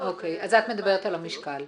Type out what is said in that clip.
מדברת על משקל.